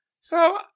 So-